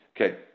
Okay